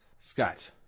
Scott